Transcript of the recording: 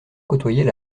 côtoyait